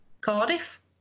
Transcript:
Cardiff